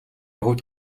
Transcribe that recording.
хувьд